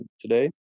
today